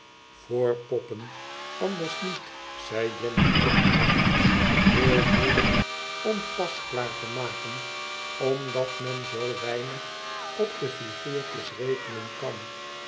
voor poppen anders niet zei jenny kortaf i heel moeielijk om pasklaar te maken omdat men zoo weinig op de figuurtjes rekenen kaa